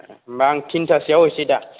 होमबा आं थिन्थासोआव हैसै दा